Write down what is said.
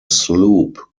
sloop